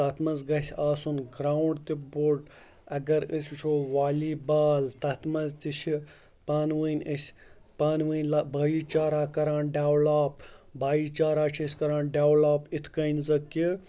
تَتھ منٛز گژھِ آسُن گرٛاوُنٛڈ تہِ بوٚڑ اگر أسۍ وٕچھو والی بال تَتھ منٛز تہِ چھِ پانہٕ ؤنۍ أسۍ پانہٕ ؤنۍ بایی چارہ کَران ڈٮ۪ولاپ بایی چارہ چھِ أسۍ کَران ڈٮ۪ولاپ یِتھ کٔنۍ سا کہِ